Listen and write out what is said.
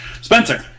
Spencer